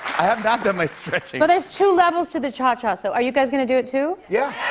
i have not done my stretching. well, there's two levels to the cha-cha. so, are you guys gonna do it, too? yeah.